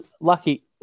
lucky